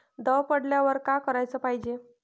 दव पडल्यावर का कराच पायजे?